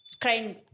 crying